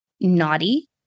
naughty